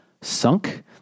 sunk